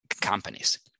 companies